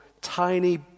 tiny